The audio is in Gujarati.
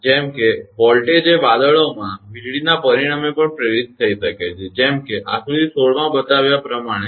જેમ કે વોલ્ટેજ એ વાદળોમાં વીજળીના પરિણામે પણ પ્રેરિત થઈ શકે છે જેમ કે આકૃતિ 16 માં બતાવ્યા તે પ્રમાણે